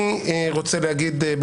אני רוצה להגיד,